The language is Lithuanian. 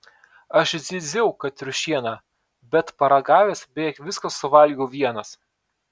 aš zyziau kad triušiena bet paragavęs beveik viską suvalgiau vienas